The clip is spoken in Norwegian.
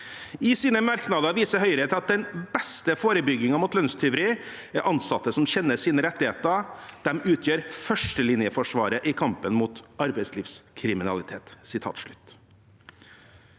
I sine merknader viser Høyre til at «den beste forebyggingen mot lønnstyveri er ansatte som kjenner sine rettigheter. De utgjør førstelinjeforsvaret i kampen mot arbeidslivskriminaliteten».